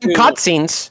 cutscenes